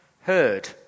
heard